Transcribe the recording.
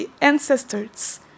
ancestors